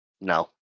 No